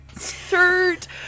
shirt